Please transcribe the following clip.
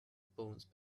bones